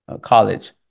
college